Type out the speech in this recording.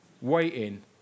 Waiting